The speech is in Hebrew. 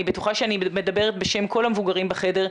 בטוחה שאני מדברת בשם כל המבוגרים בחדר,